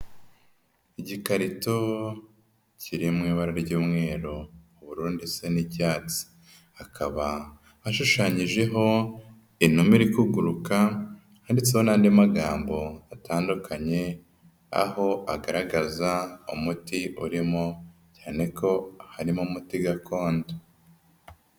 Igikarito kiri mu ibara ry'umweru, ubururu, ndetse n'icyatsi. Hakaba hashushanyijeho inuma iri kuguruka, handitseho n'andi magambo atandukanye, aho agaragaza umuti urimo, cyane ko harimo umuti gakondo.